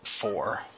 four